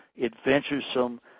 adventuresome